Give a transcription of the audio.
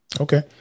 Okay